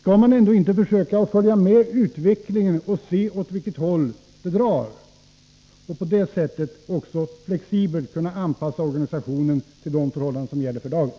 Skall man ändå inte försöka följa med utvecklingen och se åt vilket håll det drar, och på det sättet flexibelt anpassa organisationen till de förhållanden som gäller för dagen?